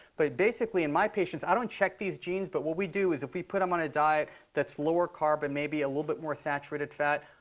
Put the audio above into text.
but basically, in my patients, i don't check these genes. but what we do is if we put them on a diet that's lower carb and maybe a little bit more saturated fat,